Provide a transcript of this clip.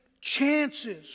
chances